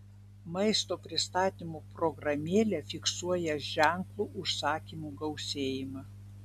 maisto pristatymo programėlė fiksuoja ženklų užsakymų gausėjimą